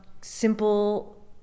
simple